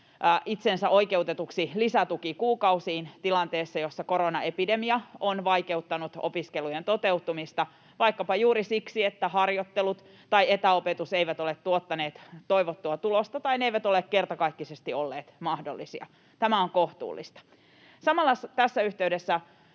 itsensä oikeutetuksi lisätukikuukausiin tilanteessa, jossa koronaepidemia on vaikeuttanut opiskelujen toteutumista vaikkapa juuri siksi, että harjoittelut tai etäopetus eivät ole tuottaneet toivottua tulosta tai ne eivät ole kertakaikkisesti olleet mahdollisia. Tämä on kohtuullista. Samalla tässä yhteydessä